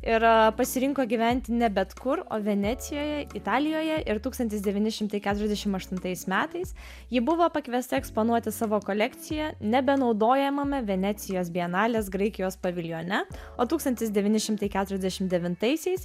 ir pasirinko gyventi ne bet kur o venecijoje italijoje ir tūkstantis devyni šimtai keturiasdešim aštuntais metais ji buvo pakviesta eksponuoti savo kolekciją nebenaudojamame venecijos bienalės graikijos paviljone o tūkstantis devyni šimtai keturiasdešim devintaisiais